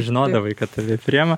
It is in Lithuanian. žinodavai kad tave priima